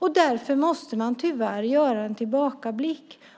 eller hur? Därför måste man tyvärr göra en tillbakablick.